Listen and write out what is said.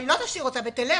היא לא תשאיר אותה ותלך.